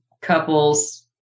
couples